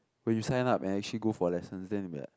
when you signed up and actually go for lessons then you will be like